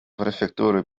prefektuuri